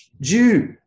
Jew